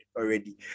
already